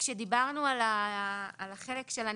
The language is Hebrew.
כשדיברנו על החלק של הנכה,